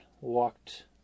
walked